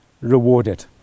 rewarded